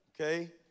Okay